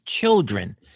children